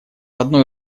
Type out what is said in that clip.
одной